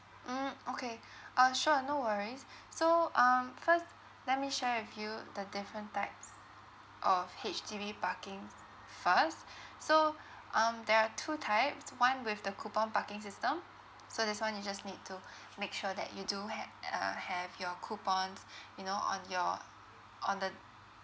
mm okay ah sure no worries so um first let me share with you the different types of H_D_B parkings first so um there are two types one with the coupon parking system so this [one] you just need to make sure that you do ha~ uh have your coupons you know on your on the